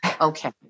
okay